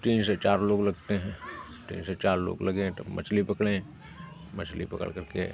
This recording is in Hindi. तीन से चार लोग लगते हैं तीन से चार लोग लगे तब मछली पकड़े मछली पकड़ करके